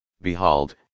Behold